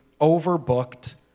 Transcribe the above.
overbooked